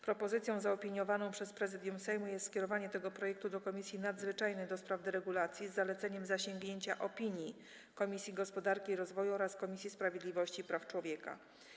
Propozycją zaopiniowaną przez Prezydium Sejmu jest skierowanie tego projektu do Komisji Nadzwyczajnej do spraw deregulacji, z zaleceniem zasięgnięcia opinii Komisji Gospodarki i Rozwoju oraz Komisji Sprawiedliwości i Praw Człowieka.